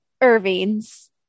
irvings